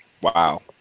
Wow